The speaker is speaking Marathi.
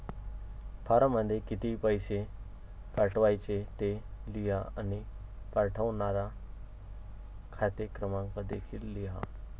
फॉर्ममध्ये किती पैसे पाठवायचे ते लिहा आणि पाठवणारा खाते क्रमांक देखील लिहा